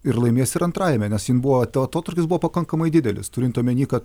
ir laimės ir antrajame nes jin buvo at atotrūkis buvo pakankamai didelis turint omeny kad